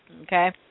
Okay